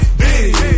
big